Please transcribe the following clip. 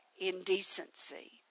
indecency